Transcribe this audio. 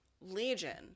Legion